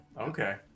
okay